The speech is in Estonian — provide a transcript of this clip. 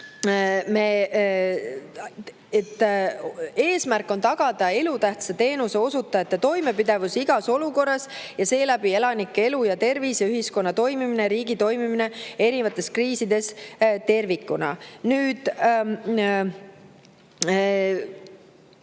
et eesmärk on tagada elutähtsa teenuse osutajate toimepidevus igas olukorras ja seeläbi ka elanike elu ja tervis, ühiskonna toimimine, riigi toimimine erinevates kriisides tervikuna.